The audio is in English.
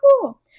cool